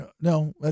no